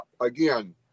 again